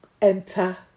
Enter